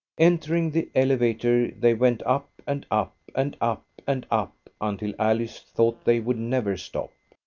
entering the elevator, they went up and up and up and up until alice thought they would never stop.